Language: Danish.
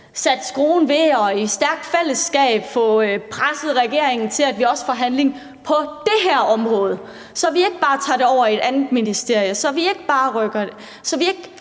sat skruen til og i et stærkt fællesskab få presset regeringen til, at vi også får handling på det her område, så vi ikke bare tager det over i et andet ministerium, og så vi ikke stiller det op som